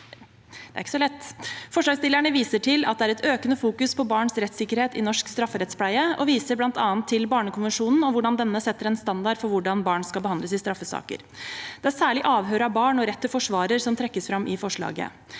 Forslagsstillerne viser til at det er en økende fokusering på barns rettssikkerhet i norsk strafferettspleie, og viser bl.a. til barnekonvensjonen og hvordan denne setter en standard for hvordan barn skal behandles i straffesaker. Det er særlig avhør av barn og rett til forsvarer som trekkes fram i forslaget.